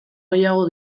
gehiago